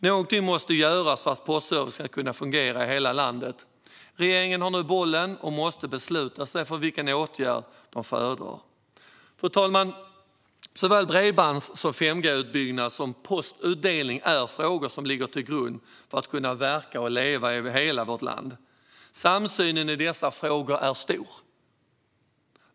Något måste göras för att postservicen ska kunna fungera i hela landet. Regeringen har nu bollen och måste besluta sig för vilken åtgärd den föredrar. Fru talman! Såväl bredbands som 5G-utbyggnad och postutdelning är frågor som ligger till grund för att vi ska kunna verka och leva i hela vårt land. Samsynen i dessa frågor är stor.